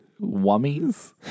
Wummies